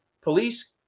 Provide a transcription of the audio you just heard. police